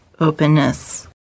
openness